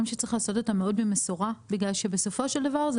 שצריך לעשות אותם מאוד במשורה בגלל שבסופו של דבר זה